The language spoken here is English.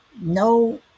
no